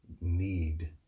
need